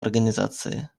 организации